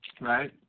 Right